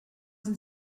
sind